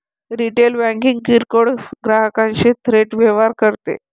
retail banking किरकोळ ग्राहकांशी थेट व्यवहार करते